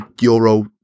Euro